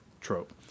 trope